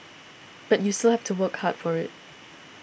but you still have to work hard for it